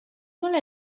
nola